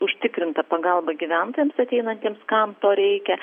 užtikrinta pagalba gyventojams ateinantiems kam to reikia